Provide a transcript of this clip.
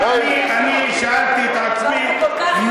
אני שאלתי את עצמי,